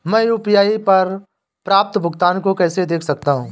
मैं यू.पी.आई पर प्राप्त भुगतान को कैसे देख सकता हूं?